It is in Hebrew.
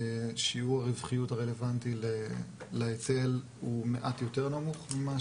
שיעור הרווחיות הרלוונטי להיטל הוא מעט יותר נמוך ממה